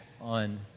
on